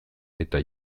eta